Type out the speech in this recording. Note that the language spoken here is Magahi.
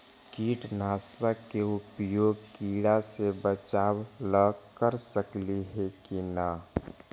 कीटनाशक के उपयोग किड़ा से बचाव ल कर सकली हे की न?